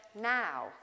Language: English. now